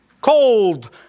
Cold